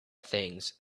things